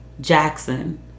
Jackson